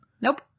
Nope